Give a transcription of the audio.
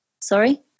sorry